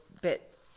bit